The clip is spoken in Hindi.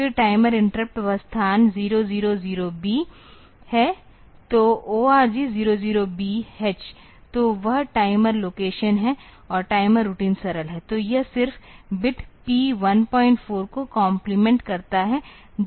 फिर टाइमर इंटरप्ट वह स्थान 000B है तो ORG 000B H तो वह टाइमर लोकेश है और टाइमर रूटीन सरल है तो यह सिर्फ बिट P 14 को कॉम्प्लीमेंट करता है